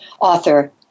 author